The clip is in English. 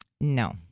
No